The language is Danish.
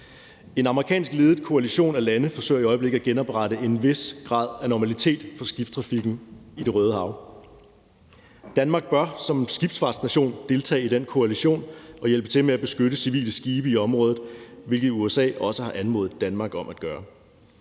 En amerikanskledet koalition af lande forsøger i øjeblikket at genoprette en vis grad af normalitet for skibstrafikken i Det Røde Hav. Danmark bør som skibsfartsnation deltage i den koalition og hjælpe til med at beskytte civile skibe i området, hvilket USA også har anmodet Danmark om at gøre.